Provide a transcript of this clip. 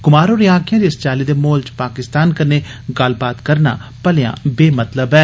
कुमार होरें गलाया जे इस चाल्ली दे माहोल च पाकिस्तान कन्नै गल्लबात करना बेमतलब ऐ